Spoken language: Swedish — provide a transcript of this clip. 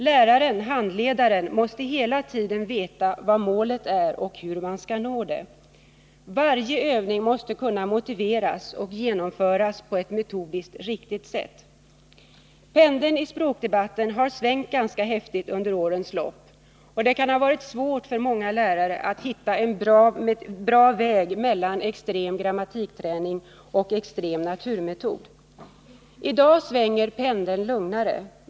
Läraren-handledaren måste hela tiden veta vad målet är och hur man skall nå det. Varje övning måste kunna motiveras och genomföras på ett metodiskt riktigt sätt. Pendeln i språkdebatten har svängt ganska häftigt under årens lopp, och det har varit svårt för många lärare att hitta en bra väg mellan extrem grammatikträning och extrem naturmetod. I dag svänger pendeln lugnare.